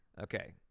Okay